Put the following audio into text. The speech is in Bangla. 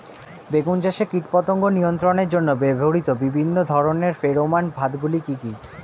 বেগুন চাষে কীটপতঙ্গ নিয়ন্ত্রণের জন্য ব্যবহৃত বিভিন্ন ধরনের ফেরোমান ফাঁদ গুলি কি কি?